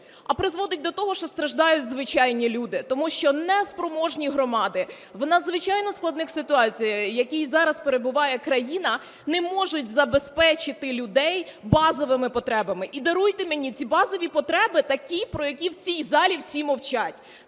А призводить до того, що страждають звичайні люди, тому що неспроможні громади у надзвичайно складній ситуації, в якій зараз перебуває країна, не можуть забезпечити людей базовими потребами. І, даруйте мені, ці базові потреби такі, про які в цій залі всі мовчать,